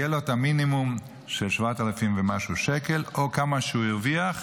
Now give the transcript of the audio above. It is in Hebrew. יהיה לו את המינימום של 7,000 ומשהו שקל או כמה שהרוויח,